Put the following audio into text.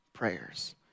Prayers